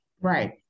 Right